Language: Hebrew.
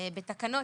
בתקנות,